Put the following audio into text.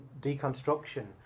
deconstruction